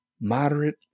moderate